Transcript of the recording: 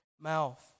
mouth